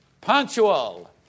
Punctual